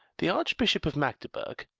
the archbishop of magdeburg,